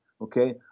Okay